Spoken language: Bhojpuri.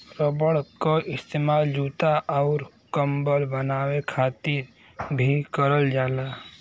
रबर क इस्तेमाल जूता आउर कम्बल बनाये खातिर भी करल जाला